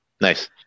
Nice